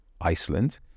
Iceland